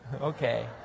okay